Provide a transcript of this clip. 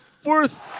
fourth